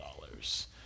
dollars